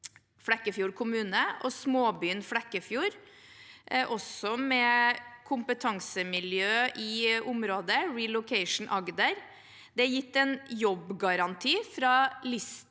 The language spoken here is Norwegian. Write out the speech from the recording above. Flekkefjord kommune, Smaabyen Flekkefjord og også kompetansemiljø i området, Relocation Agder. Det er gitt en jobbgaranti fra Lister